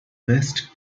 west